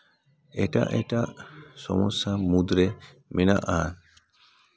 ᱮᱴᱟᱜ ᱮᱴᱟᱜ ᱥᱚᱢᱚᱥᱥᱟ ᱢᱩᱫᱽᱨᱮ ᱢᱮᱱᱟᱜᱼᱟ